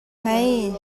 ngei